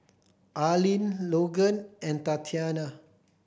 Arlene Logan and Tatiana